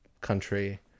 country